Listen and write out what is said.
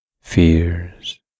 fears